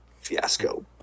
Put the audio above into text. fiasco